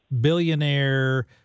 billionaire